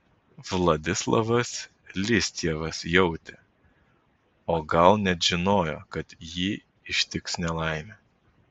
vladislavas listjevas jautė o gal net žinojo kad jį ištiks nelaimė